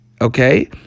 okay